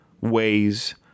ways